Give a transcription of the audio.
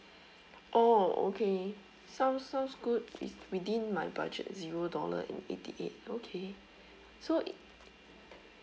oh okay sounds sounds good is within my budget zero dollar and eighty eight okay so